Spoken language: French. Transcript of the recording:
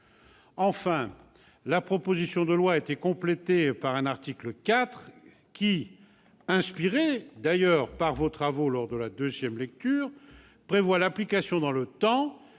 Enfin, la proposition de loi a été complétée par un article 4, lequel, inspiré par vos travaux lors de la deuxième lecture, prévoit l'application dans le temps